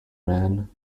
man